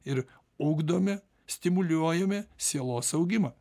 ir ugdome stimuliuojame sielos augimą